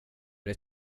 det